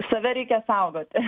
save reikia saugoti